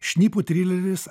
šnipų trileris